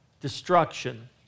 destruction